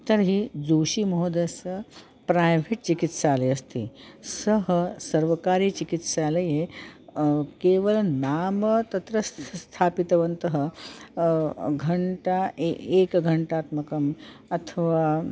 तर्हि जोषिमहोदयस्स प्रैवेट् चिकित्सालयः अस्ति सः सर्वकारचिकित्सालये केवलं नाम तत्र स्थापितवन्तः घण्टा ए एकघण्टात्मकम् अथवा